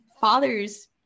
father's